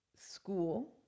school